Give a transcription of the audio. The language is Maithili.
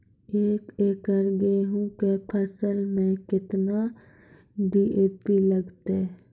एक एकरऽ गेहूँ के फसल मे केतना डी.ए.पी लगतै?